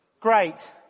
Great